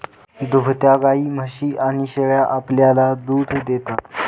दुभत्या गायी, म्हशी आणि शेळ्या आपल्याला दूध देतात